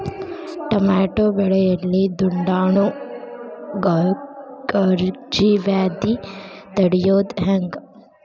Tomato ಬೆಳೆಯಲ್ಲಿ ದುಂಡಾಣು ಗಜ್ಗಿ ವ್ಯಾಧಿ ತಡಿಯೊದ ಹೆಂಗ್?